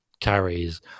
carries